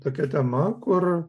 tokia tema kur